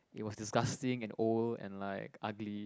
it was disgusting and old and like ugly